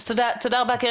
אז תודה, קרן.